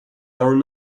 iron